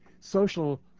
social